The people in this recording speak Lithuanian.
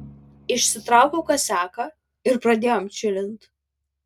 išsitraukiau kasiaką ir pradėjom čilint